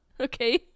Okay